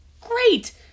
Great